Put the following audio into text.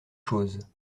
choses